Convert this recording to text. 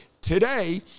today